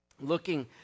looking